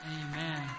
Amen